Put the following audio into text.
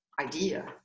idea